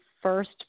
first